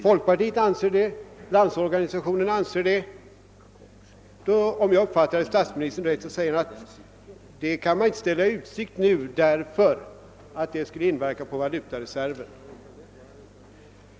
Folkpartiet anser det, och Landsorganisationen anser det också. Om jag uppfattade statsministern rätt sade han att man inte kan ställa sådana lättnader i utsikt nu, eftersom detta skulle inverka på valutareserven.